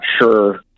sure